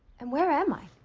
and where am i?